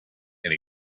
and